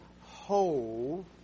whole